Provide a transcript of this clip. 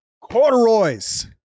corduroys